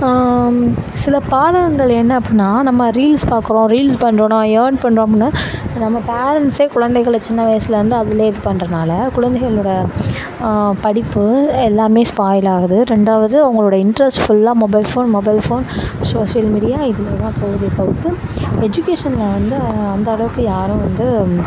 சில பாதகங்கள் என்ன அப்படின்னா நம்ம ரீல்ஸ் பார்க்கறோம் ரீல்ஸ் பண்றோனால் ஏர்ன் பண்றோம் அப்பிடின்னா நம்ம பேரண்ட்ஸே குழந்தைகளை சின்ன வயசுலருந்து அதுலே இது பண்றனால குழந்தைகளோட படிப்பு எல்லாமே ஸ்பாயில் ஆகுது ரெண்டாவது அவங்களோட இன்ட்ரெஸ்ட் ஃபுல்லாக mobile phone mobile phone social media இதில் தான் போகுதே தவிர்த்து எஜிகேஷனில் வந்து அந்த அளவுக்கு யாரும் வந்து